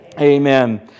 Amen